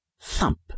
thump